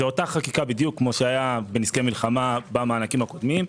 זה אותה חקיקה בדיוק כפי שהיה בנזקי מלחמה במענקים הקודמים.